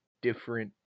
different